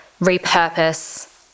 repurpose